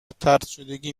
طردشدگی